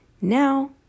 now